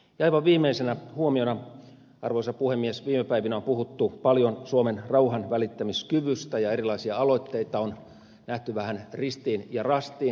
aivan viimeisenä huomiona arvoisa puhemies viime päivinä on puhuttu paljon suomen rauhanvälittämiskyvystä ja erilaisia aloitteita on nähty vähän ristiin ja rastiin